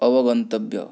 अवगन्तव्यः